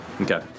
Okay